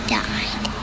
died